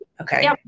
Okay